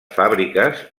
fàbriques